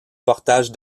portage